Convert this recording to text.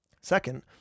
Second